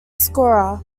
scorer